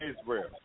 Israel